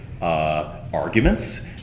arguments